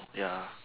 ya